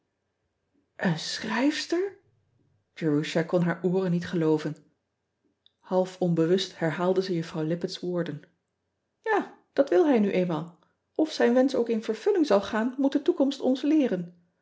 en schrijfster erusha kon haar ooren niet gelooven alf onbewust herhaalde ze uffrouw ippett s woorden a dat wil hij nu eenmaal f zijn wensch ook in vervulling zal gaan moet de toekomst ons leeren